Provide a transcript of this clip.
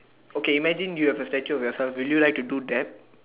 okay imagine you have a statue of yourself would you like to do dab